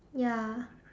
ya